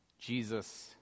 Jesus